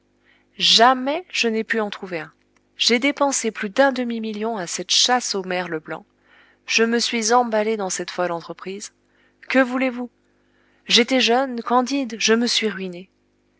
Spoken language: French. jamais je n'ai pu en trouver un j'ai dépensé plus d'un demi-million à cette chasse au merle blanc je me suis emballé dans cette folle entreprise que voulez-vous j'étais jeune candide je me suis ruiné